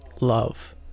love